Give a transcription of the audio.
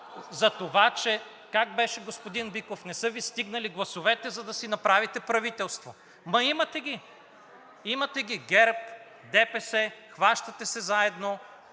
Затова че – как беше, господин Биков, не са Ви стигнали гласовете, за да си направите правителство. Ама, имате ги. Имате ги – ГЕРБ, ДПС, хващате се заедно.